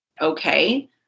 okay